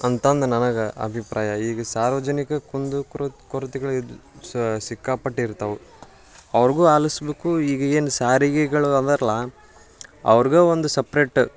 ಅಂತಂದು ನನಗೆ ಅಭಿಪ್ರಾಯ ಈಗ ಸಾರ್ವಜನಿಕ ಕುಂದು ಕೊರ ಕೊರತೆಗಳದ್ದು ಸಿಕ್ಕಾಪಟ್ಟೆ ಇರ್ತವೆ ಅವ್ರಿಗೂ ಆಲಿಸ್ಬಕು ಈಗ ಏನು ಸಾರಿಗೆಗಳು ಅದಾರ್ಲಾ ಅವ್ರ್ಗೇ ಒಂದು ಸಪ್ರೇಟ್ಟು